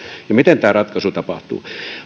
ja miten tämä ratkaisu tapahtuu